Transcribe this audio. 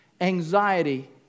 Anxiety